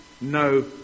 no